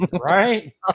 Right